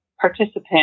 participant